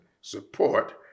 support